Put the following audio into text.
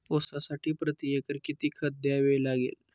ऊसासाठी प्रतिएकर किती खत द्यावे लागेल?